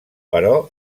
però